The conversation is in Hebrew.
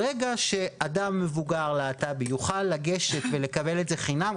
ברגע שאדם מבוגר להט"ב יכול לגשת ולקבל את זה חינם,